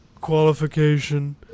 qualification